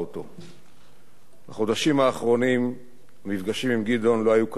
בחודשים האחרונים המפגשים עם גדעון לא היו קלים למי שאהב אותו.